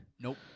Nope